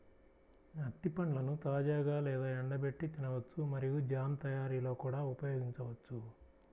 అత్తి పండ్లను తాజాగా లేదా ఎండబెట్టి తినవచ్చు మరియు జామ్ తయారీలో కూడా ఉపయోగించవచ్చు